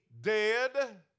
dead